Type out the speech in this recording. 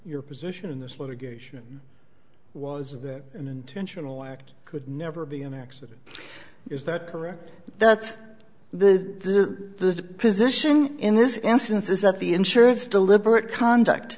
your position in this litigation was that an intentional act could never be an accident is that correct that's the position in this instance is that the insurance deliberate conduct